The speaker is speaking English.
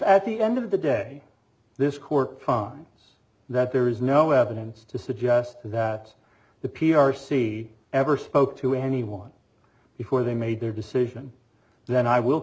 at the end of the day this court that there is no evidence to suggest that the p r c ever spoke to anyone before they made their decision then i will